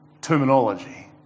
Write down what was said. terminology